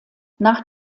nach